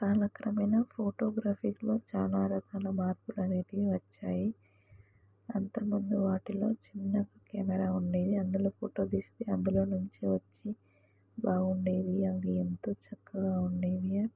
కాలక్రమేణ ఫోటోగ్రఫీలో చాలా రకాల మార్పులు అనేవి వచ్చాయి అంతముందు వాటిలో చిన్న కెమెరా ఉండేది అందులో ఫోటో తీస్తే అందులో నుంచి వచ్చి బాగుండేది అవి ఎంతో చక్కగా ఉండేవి